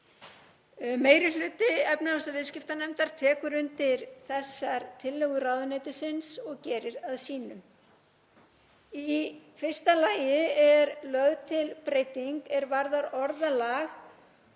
Meiri hluti efnahags- og viðskiptanefndar tekur undir þessar tillögur ráðuneytisins og gerir að sínum. Í fyrsta lagi er lögð til breyting er varðar orðalag